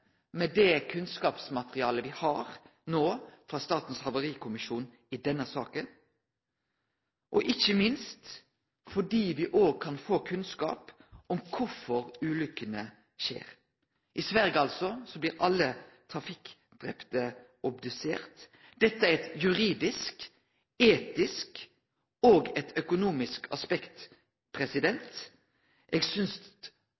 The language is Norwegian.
det kunnskapsmaterialet me no har frå Statens havarikommisjon i denne saka, og ikkje minst fordi me òg kan få kunnskap om kvifor ulykkene skjer. I Sverige blir alle trafikkdrepne obduserte. Dette er eit juridisk, etisk og økonomisk aspekt.